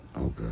Okay